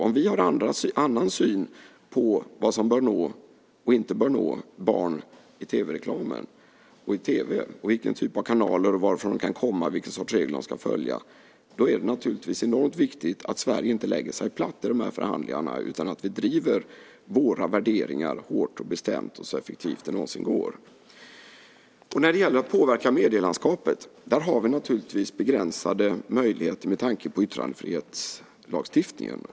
Om vi har en annan syn på vad som bör nå och inte bör nå barn i tv-reklamen och i tv, vilken typ av kanaler och varifrån de kan komma, vilken sorts regler man ska följa är det naturligtvis enormt viktigt att Sverige inte lägger sig platt i de här förhandlingarna utan att vi driver våra värderingar hårt och bestämt och så effektivt det någonsin går. När det gäller att påverka medielandskapet har vi naturligtvis begränsade möjligheter med tanke på yttrandefrihetslagstiftningen.